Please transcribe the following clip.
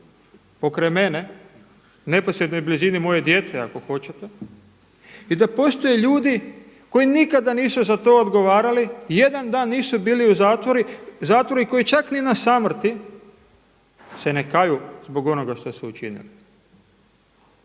pokraj mene, u neposrednoj blizini moje djece ako hoćete. I da postoje ljudi koji nikada nisu za to odgovarali, jedan dan nisu bili u zatvoru i koji čak ni na samrti se ne kaju zbog onoga što su učinili.